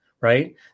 right